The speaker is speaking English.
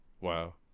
Wow